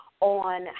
on